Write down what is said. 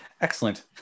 excellent